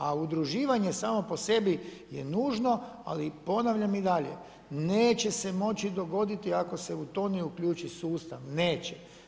A udruživanje samo po sebi je nužno, ali ponavljam i dalje, neće se moći dogoditi ako se u to ne uključi sustav, neće.